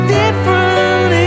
different